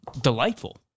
delightful